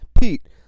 Pete